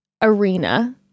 arena